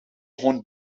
hond